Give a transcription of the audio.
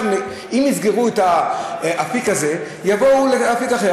אם יסגרו את האפיק הזה, יבואו לאפיק אחר.